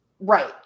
Right